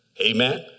Amen